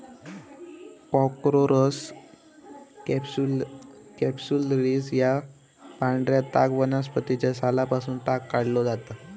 Corchorus capsularis या पांढऱ्या ताग वनस्पतीच्या सालापासून ताग काढलो जाता